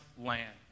land